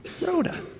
Rhoda